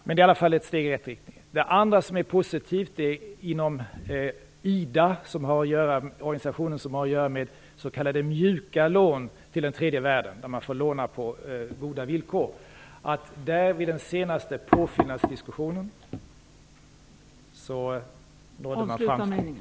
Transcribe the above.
Detta är dock ett steg i rätt riktning. En annan positiv sak är det som IDA, en organisation som håller i s.k. mjuka lån, dvs. lån på goda villkor till tredje världen, kom fram till vid sin senaste påfyllnadsdiskussion. Tyvärr hinner jag inte gå närmare in på det eftersom taletiden nu är slut.